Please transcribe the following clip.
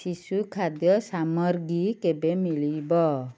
ଶିଶୁ ଖାଦ୍ୟ ସାମଗ୍ରୀ କେବେ ମିଳିବ